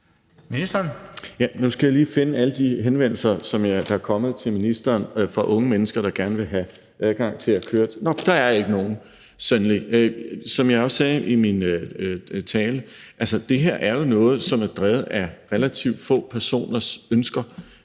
Engelbrecht): Nu skal jeg lige finde alle de henvendelser, der er kommet til ministeren fra unge mennesker, der gerne vil have adgang til at køre sådan. Nå, der er sandelig ikke nogen! Som jeg også sagde i min tale, er det her jo noget, som er drevet af relativt få personers ønsker.